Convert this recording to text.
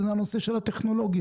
וזה הנושא של הטכנולוגיה.